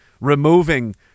removing